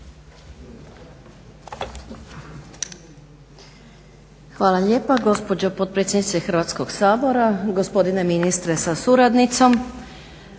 Hvala lijepa gospođo potpredsjednice Hrvatskog sabora, gospodine ministre sa suradnicom.